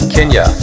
Kenya